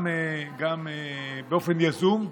גם באופן יזום,